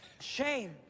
Shame